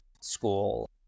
school